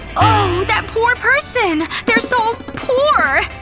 oh! that poor person! they're so poor!